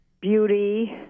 beauty